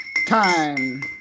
Time